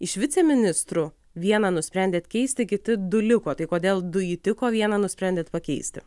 iš viceministrų vieną nusprendėt keisti kiti du liko tai kodėl du įtiko vieną nusprendėt pakeisti